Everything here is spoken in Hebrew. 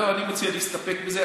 לא, אני מציע להסתפק בזה.